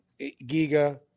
Giga